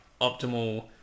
optimal